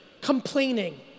complaining